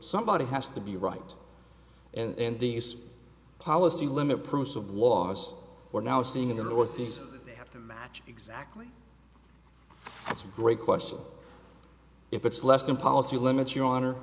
somebody has to be right and these policy limit proofs of laws we're now seeing in the northeast have to match exactly that's a great question if it's less than policy limits your honor